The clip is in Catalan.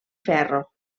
ferro